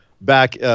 back